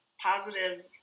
positive